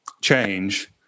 change